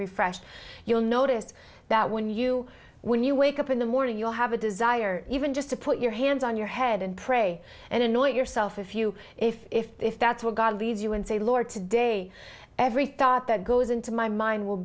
refresh you'll notice that when you when you wake up in the morning you'll have a desire even just to put your hands on your head and pray and annoy yourself if you if that's where god leads you and say lord today every thought that goes into my mind will